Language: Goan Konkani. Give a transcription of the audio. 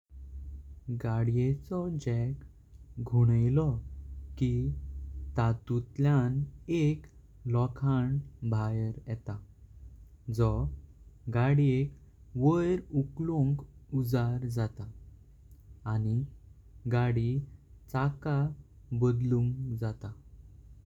गाडियेचो जॅक घुनलो की ततूतलां एक लोकां बाहेर येता। जो घाडीएक व्यार उखलोन्क उजार जाता। आणि गाडी चाका बदलुंग जाता।